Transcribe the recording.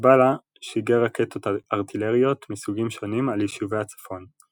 וחזבאללה שיגר רקטות ארטילריות מסוגים שונים על יישובי הצפון.